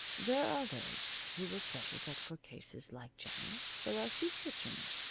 there are those who will say that for cases like jennie's there are soup kitchens,